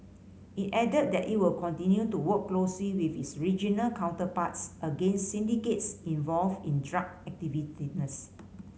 it added that it will continue to work closely with its regional counterparts against syndicates involved in drug